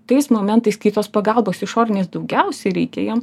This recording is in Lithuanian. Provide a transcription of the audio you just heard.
tais momentais kai tos pagalbos išorinės daugiausia reikia jiem